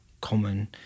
common